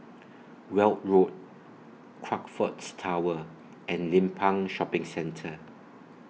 Weld Road Crockfords Tower and Limbang Shopping Centre